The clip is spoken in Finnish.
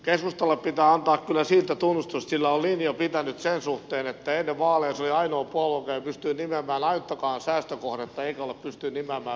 keskustalle pitää antaa kyllä siitä tunnustus että sillä on linja pitänyt sen suhteen että ennen vaaleja se oli ainoa puolue joka ei pystynyt nimeämään ainuttakaan säästökohdetta eikä se ole pystynyt nimeämään myöskään vaalien jälkeen